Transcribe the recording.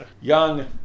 young